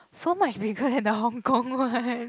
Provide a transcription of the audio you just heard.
so much bigger in the Hong-Kong one